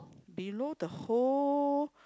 below the hole